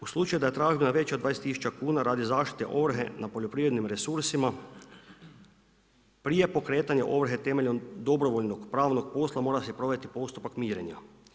U slučaju da je tražbina veća od 20 tisuća kuna radi zaštite ovrhe na poljoprivrednim resursima prije pokretanja ovrhe temeljem dobrovoljno pravnog posla mora se provesti postupak mirenja.